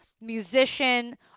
musician